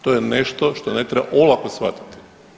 To je nešto što ne treba olako shvatiti.